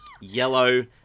yellow